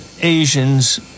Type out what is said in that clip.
Asians